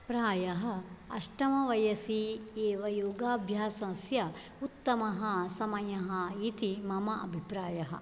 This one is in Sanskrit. प्रायः अष्टमवयसि एव योगाभ्यासस्य उत्तमः समयः इति मम अभिप्रायः